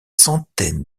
centaines